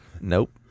Nope